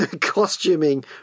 costuming